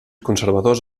conservadors